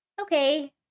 Okay